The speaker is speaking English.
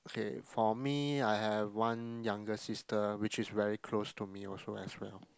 okay for me I have one younger sister which is very close to me also as well